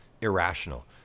irrational